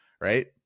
right